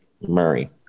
Murray